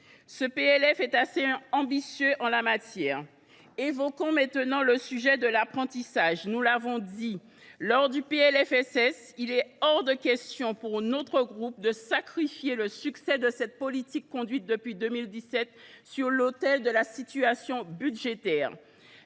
ce PLF est assez ambitieux en la matière. Évoquons maintenant le sujet de l’apprentissage. Nous l’avons dit lors de la discussion du PLFSS, il est hors de question pour notre groupe de sacrifier cette politique conduite avec succès depuis 2017 sur l’autel de la situation budgétaire.